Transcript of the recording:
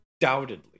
undoubtedly